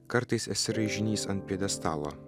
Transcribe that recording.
kartais esi raižinys ant pjedestalo